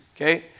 okay